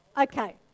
Okay